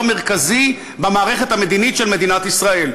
מרכזי במערכת המדינית של מדינת ישראל.